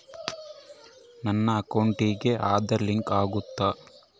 ನನ್ನ ಅಕೌಂಟಿಗೆ ಆಧಾರ್ ಲಿಂಕ್ ಆಗೈತಾ?